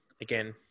again